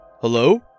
Hello